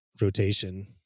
rotation